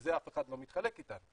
בזה אף אחד לא מתחלק איתנו,